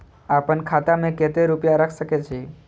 आपन खाता में केते रूपया रख सके छी?